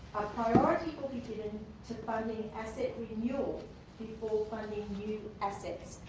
priority will be given to funding asset renewal before funding new assets.